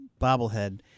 bobblehead